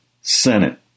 Senate